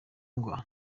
ngwa